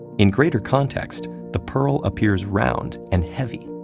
in greater context, the pearl appears round and heavy,